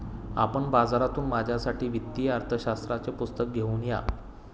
आपण बाजारातून माझ्यासाठी वित्तीय अर्थशास्त्राचे पुस्तक घेऊन या